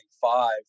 five